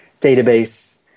database